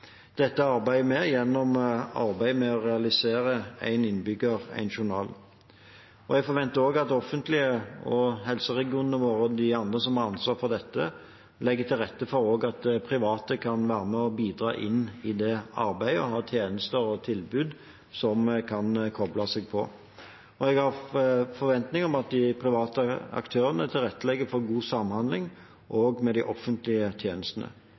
Dette arbeider vi med gjennom arbeidet med å realisere Én innbygger – én journal. Jeg forventer også at det offentlige, helseregionene våre og de andre som har ansvaret for dette, legger til rette for at private kan være med og bidra inn i det arbeidet og ha tjenester og tilbud som kan koble seg på. Og jeg har forventninger om at de private aktørene også tilrettelegger for god samhandling med de offentlige tjenestene.